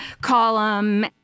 column